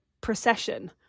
procession